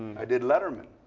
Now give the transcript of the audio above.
i did letterman.